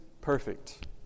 perfect